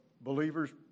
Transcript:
believers